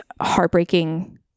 heartbreaking